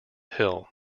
hill